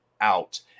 out